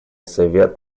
совет